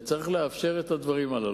וצריך לאפשר את הדברים הללו.